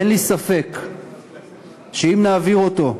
אין לי ספק שאם נעביר אותו,